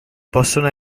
possono